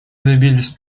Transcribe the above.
добились